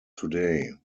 today